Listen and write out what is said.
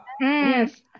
Yes